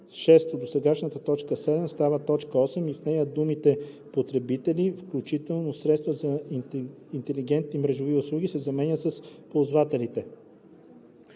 6. Досегашната т. 7 става т. 8 и в нея думите „потребители, включително средства за интелигентни мрежови услуги“ се заменят с „ползвателите“.